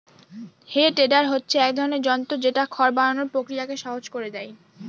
হে tedder হচ্ছে এক ধরনের যন্ত্র যেটা খড় বানানোর প্রক্রিয়াকে সহজ করে দেয়